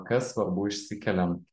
kas svarbu išsikeliant